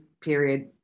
period